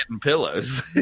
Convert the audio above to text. pillows